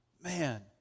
man